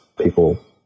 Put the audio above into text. people